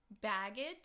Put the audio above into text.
baggage